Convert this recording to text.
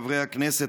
חברי הכנסת,